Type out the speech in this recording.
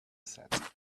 set